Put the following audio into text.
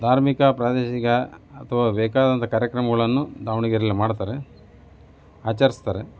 ಧಾರ್ಮಿಕ ಪ್ರಾದೇಶಿಕ ಅಥವಾ ಬೇಕಾದಂಥ ಕಾರ್ಯಕ್ರಮಗಳನ್ನು ದಾವಣಗೆರೆಯಲ್ಲಿ ಮಾಡ್ತಾರೆ ಆಚರಿಸ್ತಾರೆ